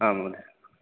आं महोदय